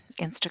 Instagram